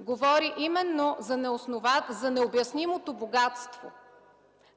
говори именно за необяснимото богатство.